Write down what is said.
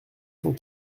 cent